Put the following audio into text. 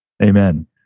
Amen